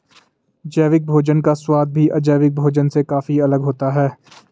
जैविक भोजन का स्वाद भी अजैविक भोजन से काफी अलग होता है